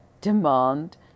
Demand